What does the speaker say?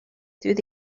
through